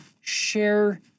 share